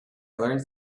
learned